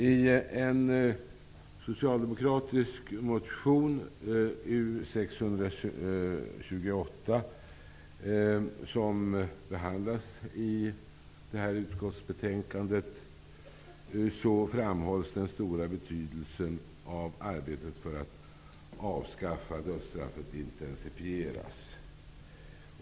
I en socialdemokratisk motion U628 som behandlas i detta utskottsbetänkande framhålls den stora betydelsen av att arbetet för att avskaffa dödsstraffet intensifieras.